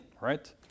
right